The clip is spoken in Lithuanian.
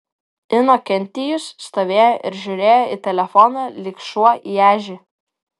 inokentijus stovėjo ir žiūrėjo į telefoną lyg šuo į ežį